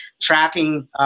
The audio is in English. Tracking –